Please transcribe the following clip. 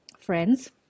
friends